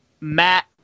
Matt